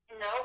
No